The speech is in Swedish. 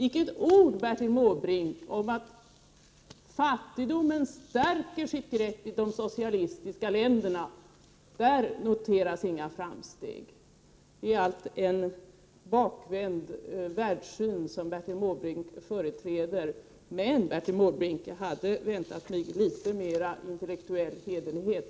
Icke ett ord, Bertil Måbrink, om att fattigdomen stärker sitt grepp i de socialistiska länderna. Där noteras inga framsteg. Det är allt en bakvänd världssyn som Bertil Måbrink företräder. Men jag hade väntat mig litet mera intellektuell hederlighet.